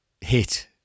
hit